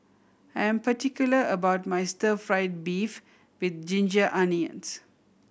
I am particular about my stir fried beef with ginger onions